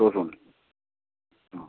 റോസും ഉണ്ട് ആ